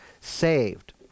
saved